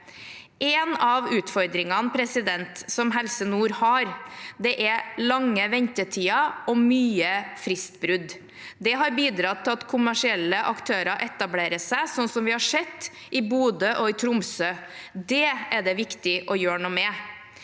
En av utfordringene til Helse nord er lange ventetider og mye fristbrudd. Det har bidratt til at kommersielle aktører etablerer seg, slik vi har sett i Bodø og Tromsø. Det er det viktig å gjøre noe med.